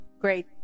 Great